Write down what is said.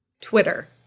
Twitter